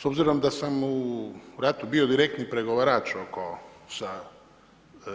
S obzirom da sam u ratu bio direktni pregovarač sa